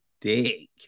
dick